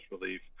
relief